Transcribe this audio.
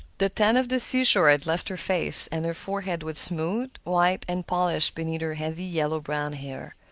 the tan of the seashore had left her face, and her forehead was smooth, white, and polished beneath her heavy, yellow-brown hair.